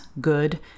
good